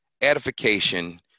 edification